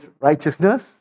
righteousness